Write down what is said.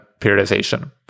periodization